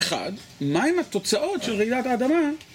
מה עם התוצאות של רעילת האדמה?